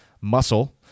muscle